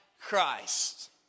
Christ